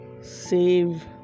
Save